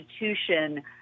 institution